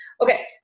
Okay